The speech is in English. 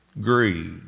Greed